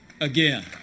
Again